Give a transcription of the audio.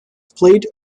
played